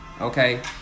Okay